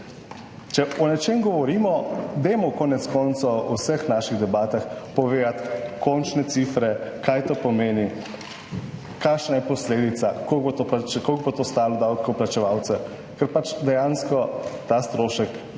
Če o nečem govorimo, dajmo konec koncev v vseh naših debatah povedati končne cifre, kaj to pomeni, kakšna je posledica, koliko bo to stalo davkoplačevalce, ker pač dejansko ta strošek